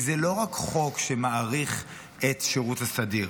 זה לא רק חוק שמאריך את שירות הסדיר,